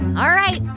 all right.